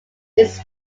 its